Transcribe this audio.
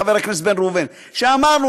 חבר הכנסת בן ראובן: אמרנו,